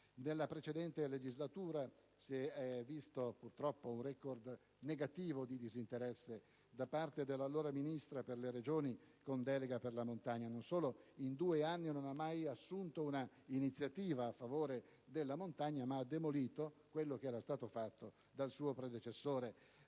Nella precedente legislatura si è visto purtroppo un record negativo, in termini di disinteresse, da parte dall'allora Ministro per le Regioni con delega per la montagna: non solo in due anni non ha mai assunto una iniziativa a favore della montagna, ma ha demolito quanto era stato fatto dal suo predecessore.